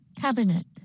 Cabinet